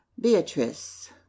Beatrice